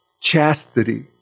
chastity